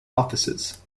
offices